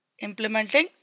implementing